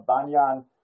banyan